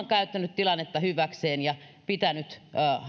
käyttänyt tilannetta hyväkseen ja pitänyt